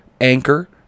Anchor